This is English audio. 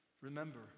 Remember